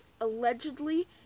allegedly